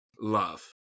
Love